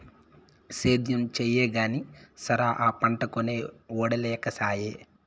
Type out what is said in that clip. సేద్యం చెయ్యగానే సరా, ఆ పంటకొనే ఒడే లేకసాయే